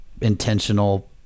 intentional